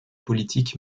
politique